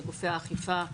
לגופי האכיפה,